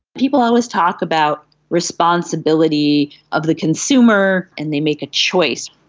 people always talk about responsibility of the consumer and they make a choice.